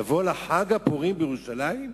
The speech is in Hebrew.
לבוא לחג פורים בירושלים?